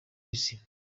isi